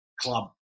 club